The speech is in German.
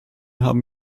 haben